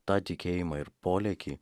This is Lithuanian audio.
tą tikėjimą ir polėkį